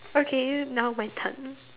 okay now my turn